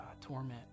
torment